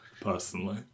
Personally